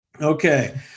Okay